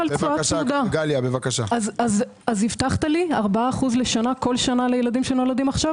אז הבטחת לי 4% לשנה כל שנה לילדים שנולדים עכשיו?